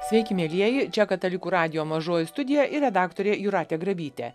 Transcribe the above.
sveiki mielieji čia katalikų radijo mažoji studija ir redaktorė jūratė grabytė